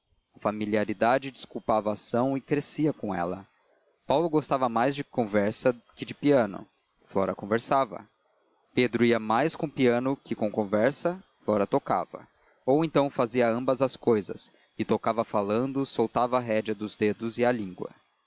familiaridade desculpava a ação e crescia com ela paulo gostava mais de conversa que de piano flora conversava pedro ia mais com o piano que com a conversa flora tocava ou então fazia ambas as cousas e tocava falando soltava a rédea aos dedos e à língua